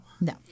No